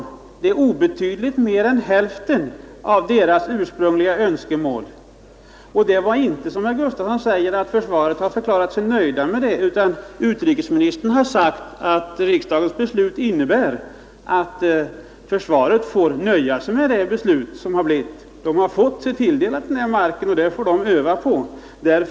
Det är obetydligt mer än hälften av det ursprungliga önskemålet. Och det är inte så som herr Gustafsson säger att man inom försvaret har förklarat sig nöjd med det, utan det är försvarsministern som har sagt att riksdagens beslut betyder att försvaret får nöja sig med vad det har fått. Det har fått sig den här marken tilldelad och får öva på den.